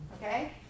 Okay